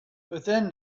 within